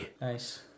Nice